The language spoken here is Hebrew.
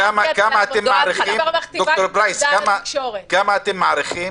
ד"ר פרייס, כמה זמן אתם מעריכים